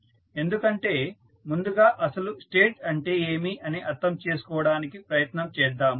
ఎందుకంటే ముందుగా అసలు స్టేట్ అంటే ఏమి అని అర్థం చేసుకోవడానికి ప్రయత్నం చేద్దాము